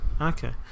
Okay